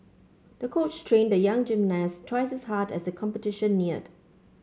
the coach trained the young gymnast twice as hard as the competition neared